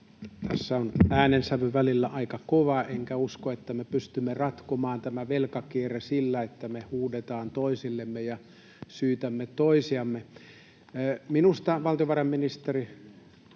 Tässä on äänensävy välillä aika kova, enkä usko, että me pystymme ratkomaan tätä velkakierrettä sillä, että me huudamme toisillemme ja syytämme toisiamme. Minusta valtiovarainministeri